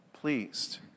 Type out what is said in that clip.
pleased